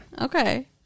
Okay